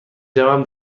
جوم